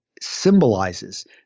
symbolizes